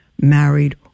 married